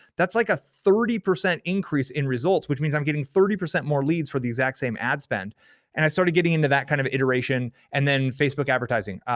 that's like a thirty percent increase in results which means i'm getting thirty percent more leads for the exact same ad spend and i started getting into that kind of iteration, and then facebook advertising.